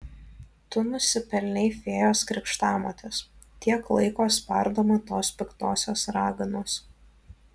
tu nusipelnei fėjos krikštamotės tiek laiko spardoma tos piktosios raganos